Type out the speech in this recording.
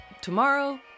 tomorrow